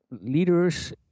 Leaders